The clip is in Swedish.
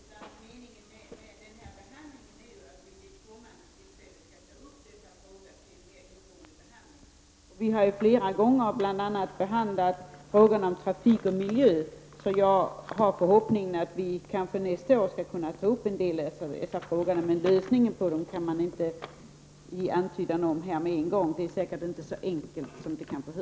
Herr talman! Eftersom vi inte har tagit upp denna motion till behandling är det litet svårt att svara på detta. Meningen med denna behandling är ju att vi vid kommande tillfälle skall ta upp dessa frågor till en mer ingående behandling. Vi har flera gånger behandlat bl.a. frågorna om trafik och miljö. Jag har därför förhoppningen att vi kanske nästa år skall kunna ta upp en del av dessa frågor. Men lösningen på dem kan vi inte ge någon antydan om nu. Det är säkert inte så enkelt som det kan låta.